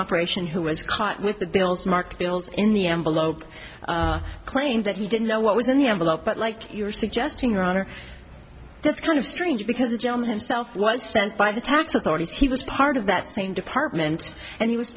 operation who was caught with the bills marked bills in the envelope claimed that he didn't know what was in the envelope but like you're suggesting your honor that's kind of strange because the gentleman himself was sent by the tax authorities he was part of that same department and he was